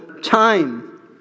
time